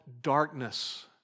darkness